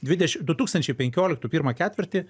dvideš du tūkstančiai penkioliktų pirmą ketvirtį